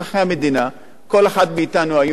כל אחד מאתנו, היום יודעים עליו הכול,